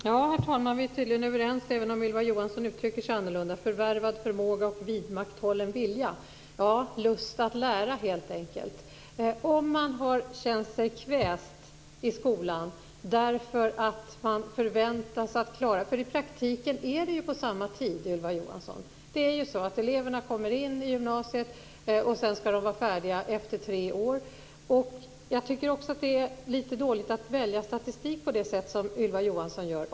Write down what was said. Herr talman! Vi är tydligen överens, även om Ylva Johansson uttrycker sig på ett annat sätt än jag. Hon talade om förvärvad förmåga och vidmakthållen vilja - lust att lära, helt enkelt. Det uppnår man inte om en del känner sig kvästa i skolan av de alltför höga förväntningarna. I praktiken skall ju alla klara det på samma tid, Ylva Johansson. Det är ju så att eleverna skall vara färdiga tre år efter det att de har kommit in i gymnasiet. Jag tycker också att det är litet dåligt att välja statistik på det sätt som Ylva Johansson gjorde.